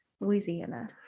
Louisiana